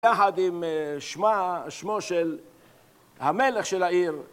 יחד עם שמו של המלך של העיר